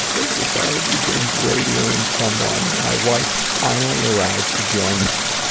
as the guard begins radioing someone, my wife finally arrives to join me.